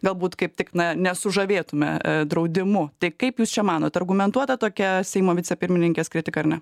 galbūt kaip tik na nesužavėtume draudimu tik kaip jūs čia manote argumentuota tokia seimo vicepirmininkės kritika ar ne